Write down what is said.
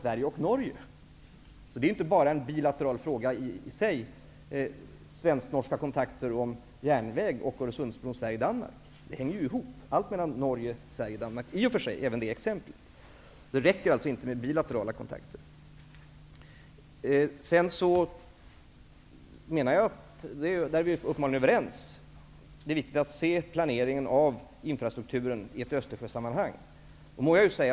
Frågan om Öresundsbron är inte bara en bilateral fråga, eftersom Öresundsbron mellan Sverige och Danmark, med tanke på finansieringen, hänger ihop med frågan om järnvägsförbindelserna mellan Sverige och Norge. Då räcker det inte med bilaterala kontakter. Sedan menar jag -- där är vi överens -- att det är viktigt att se planeringen av infrastrukturen i ett Östersjösammanhang.